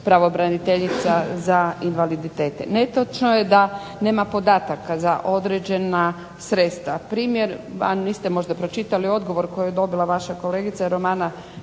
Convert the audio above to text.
pravobraniteljica za invaliditete. Netočno je da nema podataka za određena sredstva. Primjer, niste možda pročitali odgovor koji je dobila vaša kolegica Romana